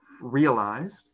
realized